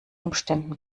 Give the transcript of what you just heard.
umständen